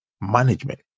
management